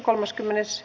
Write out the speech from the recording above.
asia